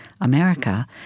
America